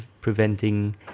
preventing